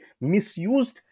misused